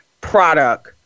product